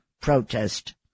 protest